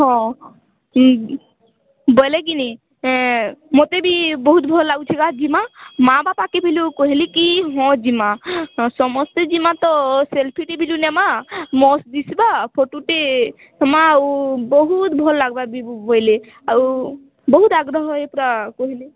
ହଁ ବେଲେ କିନି ମତେ ବି ବହୁତ୍ ଭଲ୍ ଲାଗୁଛେ ଗା ଯିମା ମାଆ ବାପାକେ ବି କହେଲି କି ହଁ ଯିମା ସମସ୍ତେ ଯିମା ତ ସେଲ୍ଫିଟେ ଭି ନେମା ମସ୍ତ୍ ଦିଶ୍ବା ଫୋଟୋଟେ ହେମା ଆଉ ବହୁତ୍ ଭଲ୍ ଲାଗ୍ବା କହେଲେ ଆଉ ବହୁତ୍ ଆଗ୍ରହ ଏ ପୁରା କହେଲେ